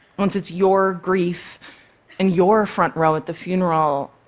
once it's your grief and your front row at the funeral,